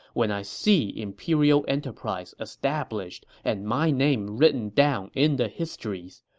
when i see imperial enterprise established and my name written down in the histories,